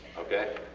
okay?